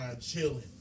chilling